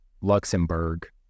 Luxembourg